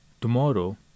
tomorrow